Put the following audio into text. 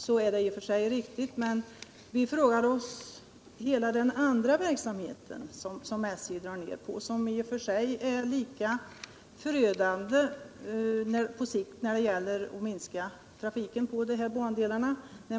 Men de andra inskränkningar man gör kan på sikt vara lika förödande för trafiken på dessa bandelar.